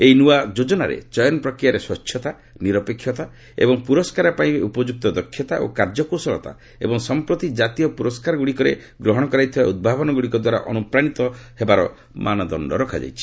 ଏହି ନୂଆ ଯୋଜନାରେ ଚୟନ ପ୍ରକ୍ରିୟାରେ ସ୍ୱଚ୍ଚତା ନିରପେକ୍ଷତା ଏବଂ ପୁରସ୍କାର ପାଇବା ପାଇଁ ଉପଯୁକ୍ତ ଦକ୍ଷତା ଓ କାର୍ଯ୍ୟକୁଶଳତା ଏବଂ ସମ୍ପ୍ରତି କାତୀୟ ପୁରସ୍କାରଗୁଡ଼ିକରେ ଗ୍ରହଣ କରାଯାଇଥିବା ଉଦ୍ଭାବନଗ୍ରଡ଼ିକ ଦ୍ୱାରା ଅନ୍ତ୍ରପ୍ରାଣିତ ହେବାର ମାନଦଣ୍ଡ ରଖାଯାଇଛି